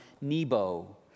Nebo